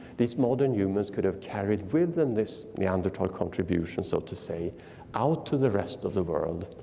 these modern humans could have carried with them this neanderthal contribution so to say out to the rest of the world.